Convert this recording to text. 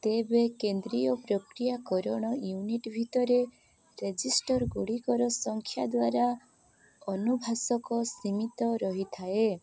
ତେବେ କେନ୍ଦ୍ରୀୟ ପ୍ରକ୍ରିୟାକରଣ ୟୁନିଟ୍ ଭିତରେ ରେଜିଷ୍ଟର୍ ଗୁଡ଼ିକର ସଂଖ୍ୟା ଦ୍ୱାରା ଅନୁଭାଷକ ସୀମିତ ରହିଥାଏ